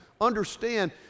understand